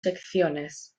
secciones